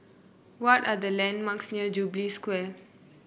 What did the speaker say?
what are the landmarks near Jubilee Square